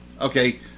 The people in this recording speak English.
Okay